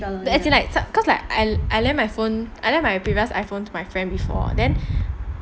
as in like cause like I lent my phone I lent my previous iphone to my friend before then